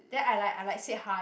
then I like I like said hi